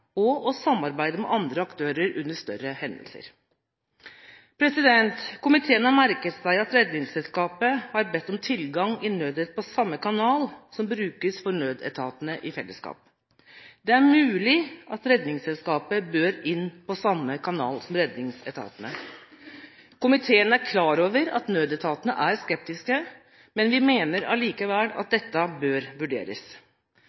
og å samarbeide med andre aktører under større hendelser. Komiteen har merket seg at Redningsselskapet har bedt om tilgang i Nødnett på samme kanal som brukes for nødetatene i fellesskap. Det er mulig at Redningsselskapet bør inn på samme kanal som redningsetatene. Komiteen er klar over at nødetatene er skeptiske, men vi mener likevel at dette bør vurderes.